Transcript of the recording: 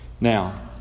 Now